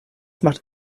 macht